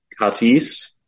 katis